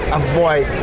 avoid